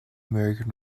american